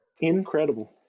Incredible